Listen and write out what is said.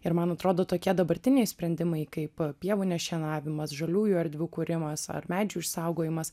ir man atrodo tokie dabartiniai sprendimai kaip pievų nešienavimas žaliųjų erdvių kūrimas ar medžių išsaugojimas